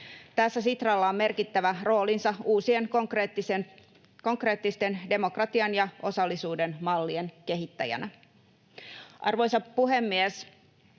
Tässä Sitralla on merkittävä roolinsa uusien, konkreettisten demokratian ja osallisuuden mallien kehittäjänä. Arvoisa puhemies!